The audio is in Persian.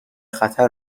خطر